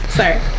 sorry